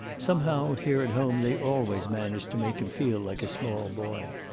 somehow here at home they always managed to make him feel like a small boy.